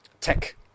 tech